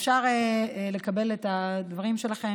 אפשר לקבל את הדברים שלכם,